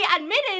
admitted